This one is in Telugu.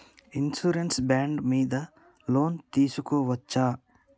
ఇన్సూరెన్స్ బాండ్ మీద లోన్ తీస్కొవచ్చా?